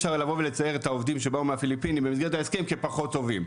אפשר לבוא ולצייר את העובדים לפני ההסכם כפחות טובים.